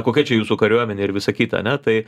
kokia čia jūsų kariuomenė ir visa kita ane tai